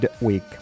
week